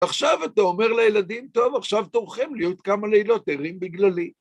עכשיו אתה אומר לילדים, טוב, עכשיו תורכם להיות כמה לילות ערים בגללי.